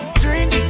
drink